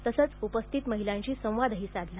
तसंच उपस्थित महिलांशी संवादही साधला